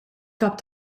kap